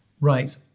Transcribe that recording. Right